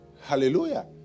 Hallelujah